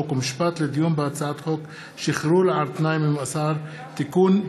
חוק ומשפט לדיון בהצעת חוק שחרור על תנאי ממאסר (תיקון,